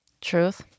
Truth